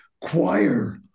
choir